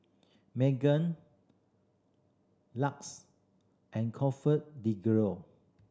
Megan LUX and ComfortDelGro